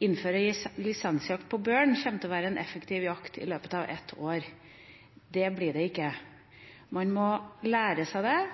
innføre lisensjakt på bjørn kommer til å bli en effektiv jakt i løpet av ett år. Det blir det ikke. Man må lære seg det,